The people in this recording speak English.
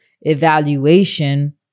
evaluation